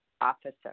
officer